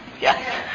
Yes